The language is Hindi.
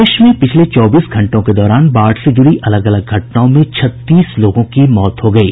प्रदेश में पिछले चौबीस घंटों के दौरान बाढ़ से जुड़ी अलग अलग घटनाओं में छत्तीस लोगों की मौत हो गयी